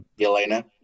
Elena